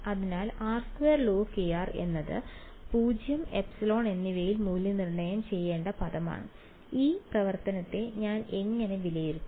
അതിനാൽ r2log എന്നത് 0 ε എന്നിവയിൽ മൂല്യനിർണ്ണയം ചെയ്യേണ്ട പദമാണ് ഈ പ്രവർത്തനത്തെ ഞാൻ എങ്ങനെ വിലയിരുത്തും